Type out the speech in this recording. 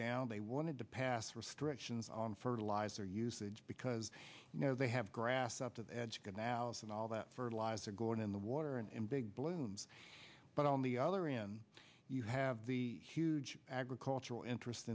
down they wanted to pass restrictions on fertiliser usage because you know they have grass up to the edge canals and all that fertilizer going in the water and in big balloons but on the other in you have the huge agricultural interest